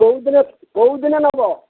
କୋଉଦିନ କୋଉଦିନ ନେବ